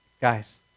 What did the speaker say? guys